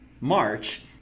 march